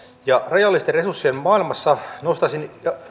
ja rajallisten resurssien maailmassa nostaisin